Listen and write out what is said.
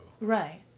Right